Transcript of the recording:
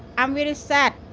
i'm really sad.